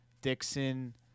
Dixon